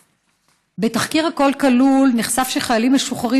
בתחקיר הכול כלול נחשף שחיילים משוחררים